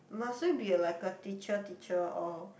must we be like a teacher teacher or